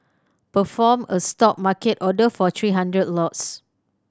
perform a Stop market order for three hundred lots